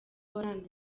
waranze